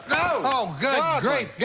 oh, good grief!